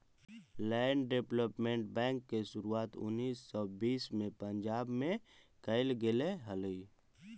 land development bank के शुरुआत उन्नीस सौ बीस में पंजाब में कैल गेले हलइ